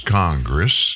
congress